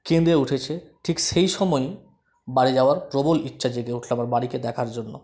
কেঁদে উঠেছে ঠিক সেই সময়ই বাড়ি যাওয়ার প্রবল ইচ্ছা জেগে উঠলো আমার বাড়িকে দেখার জন্য